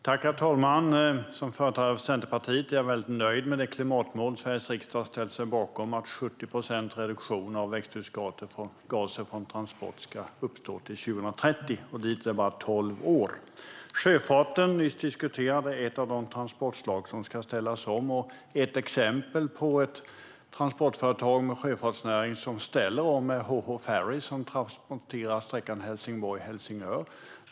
Herr talman! Som företrädare för Centerpartiet är jag mycket nöjd med det klimatmål som Sveriges riksdag har ställt sig bakom, att 70 procents reduktion av växthusgaser från transport ska uppnås till 2030. Dit är det bara tolv år. Sjöfarten diskuterades nyss. Det är ett av de transportslag som ska ställas om. Ett exempel på ett transportföretag med sjöfartsnäring som ställer om är HH-Ferries som trafikerar sträckan Helsingborg-Helsingör.